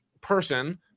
person